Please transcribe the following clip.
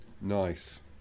Nice